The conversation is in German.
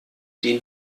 den